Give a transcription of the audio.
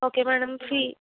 okay madam fee